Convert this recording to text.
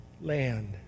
land